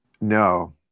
No